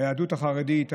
היהדות החרדית,